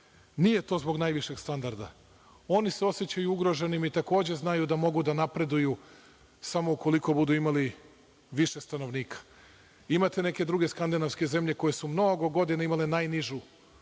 nije to zbog najvišeg standarda. Oni se osećaju ugroženim i takođe znaju da mogu da napreduju samo ukoliko budu imali više stanovnika. Imate neke druge Skandinavske zemlje koje su mnogo godina imali najnižu